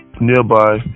nearby